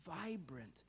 vibrant